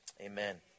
amen